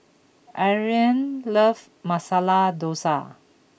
Ariane loves Masala Dosa